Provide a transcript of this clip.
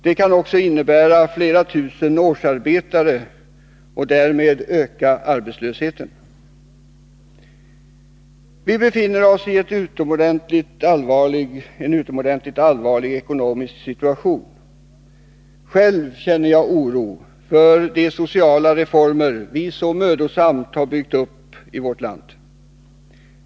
Det kan också innebära flera tusen årsarbetare och därmed öka arbetslösheten. Vi befinner oss i en utomordentligt allvarlig ekonomisk situation. Själv känner jag oro för de sociala reformer vi så mödosamt har byggt upp i vårt land.